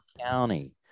county